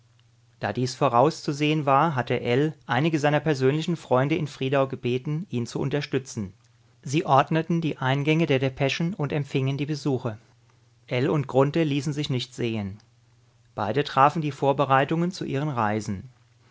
da dies vorauszusehen war hatte ell einige seiner persönlichen freunde in friedau gebeten ihn zu unterstützen sie ordneten die eingänge der depeschen und empfingen die besuche ell und grunthe ließen sich nicht sehen beide trafen die vorbereitungen zu ihren reisen